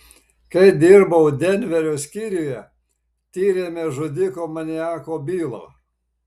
kai dirbau denverio skyriuje tyrėme žudiko maniako bylą